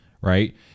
right